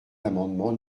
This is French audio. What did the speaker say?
l’amendement